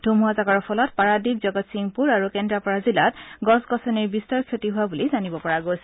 ধুমুহাজাকৰ ফলত পাৰাদ্বীপ জগতসিংপূৰ আৰু কেন্দ্ৰপাৰা জিলাত গছ গছনিৰ বিস্তৰ ক্ষতি হোৱা বুলি জানিব পৰা গৈছে